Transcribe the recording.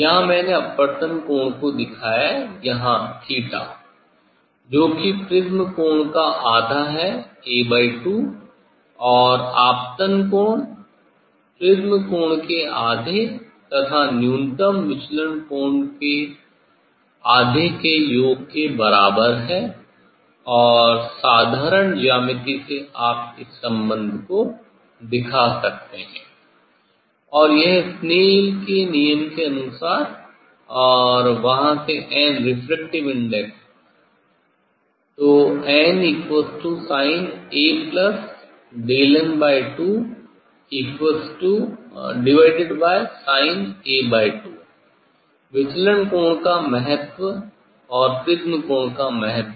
यहाँ मैंने अपवर्तन कोण को दिखाया है यहाँ '𝛳' जो कि प्रिज्म कोण का आधा है A2 और आपतन कोण प्रिज़्म कोण के आधे तथा न्यूनतम विचलन के कोण के आधे के योग के बराबर है और साधारण ज्यामिति से आप इस संबंध को दिखा सकते है और यह Snell's के नियम के अनुसार और वहाँ से 'n' refractive index nsin A𝛅n2sin विचलन कोण का महत्व और प्रिज्म कोण का महत्व